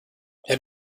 have